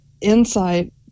insight